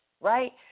right